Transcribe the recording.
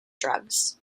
drugs